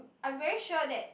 I very sure that